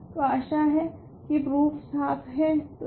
तो आशा है की प्रूफ साफ है